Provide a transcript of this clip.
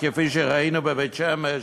כפי שראינו בבית-שמש.